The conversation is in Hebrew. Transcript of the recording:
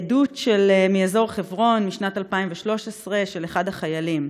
עדות מאזור חברון משנת 2013 של אחד החיילים: